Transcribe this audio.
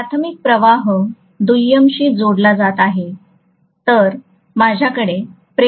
प्राथमिक प्रवाह दुय्यमशी जोडला जात आहे तरच माझ्याकडे प्रेरित EMF असेल